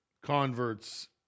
converts